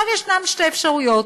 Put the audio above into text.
יש שתי אפשרויות: